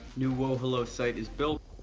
new wohello site is built,